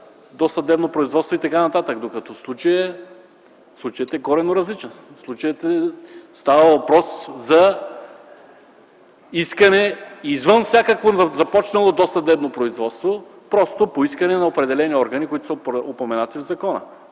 досъбното производство и така нататък. Докато случаят е коренно различен – в случая става въпрос за искане, извън всякакво започнало досъдебно производство, просто по искане на определени органи, които са упоменати в закона.